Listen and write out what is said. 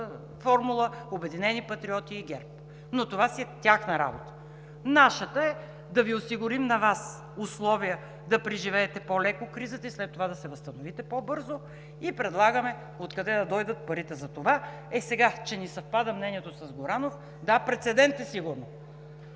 формула „Обединени патриоти“ и ГЕРБ, но това си е тяхна работа. Нашата е да Ви осигурим на Вас условия да преживеете по-леко кризата и след това да се възстановите по-бързо и предлагаме откъде да дойдат парите за това. Е, сега, че ни съвпада мнението с Горанов – да, прецедент е сигурно,